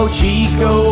Chico